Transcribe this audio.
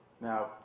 Now